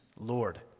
Lord